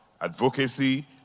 advocacy